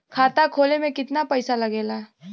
खाता खोले में कितना पईसा लगेला?